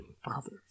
Father